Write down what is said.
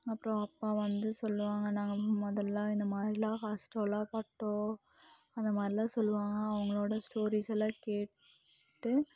அப்புறோம் அப்பா வந்து சொல்லுவாங்க நாங்கள் முதல்லாம் இந்த மாதிரிலாம் கஷ்டலாம் பட்டோம் அந்த மாதிரிலாம் சொல்லுவாங்க அவங்களோட ஸ்டோரீஸ் எல்லாம் கேட்டு